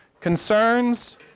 Concerns